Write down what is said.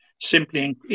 Simply